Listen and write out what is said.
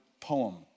poem